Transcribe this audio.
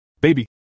Baby